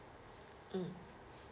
mm